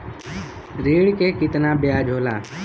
ऋण के कितना ब्याज होला?